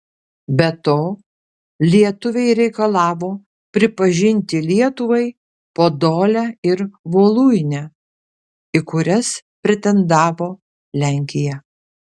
be to lietuviai reikalavo pripažinti lietuvai podolę ir voluinę į kurias pretendavo lenkija